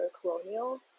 colonial